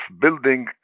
building